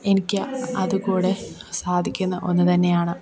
എനിക്ക് അതും കൂടെ സാധിക്കുന്ന ഒന്നുതന്നെയാണ്